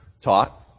taught